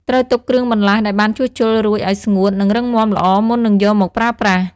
ត្រូវទុកគ្រឿងបន្លាស់ដែលបានជួសជុលរួចឲ្យស្ងួត និងរឹងមាំល្អមុននឹងយកមកប្រើប្រាស់។